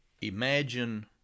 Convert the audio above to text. Imagine